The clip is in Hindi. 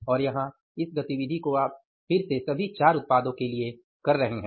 और यहाँ इस गतिविधि को आप फिर से सभी चार उत्पादों के लिए कर रहे हैं